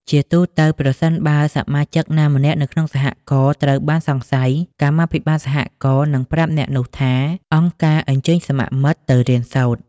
ជាទូទៅ ប្រសិនបើសមាជិកណាម្នាក់នៅក្នុងសហករណ៍ត្រូវបានសង្ស័យ កម្មាភិបាលសហករណ៍នឹងប្រាប់អ្នកនោះថា "អង្គការអញ្ជើញសមមិត្តទៅរៀនសូត្រ"។